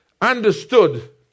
understood